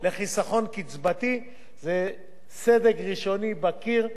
זה סדק ראשוני בקיר, שמאפשרים לנו חיסכון הוני.